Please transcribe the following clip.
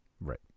Right